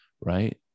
right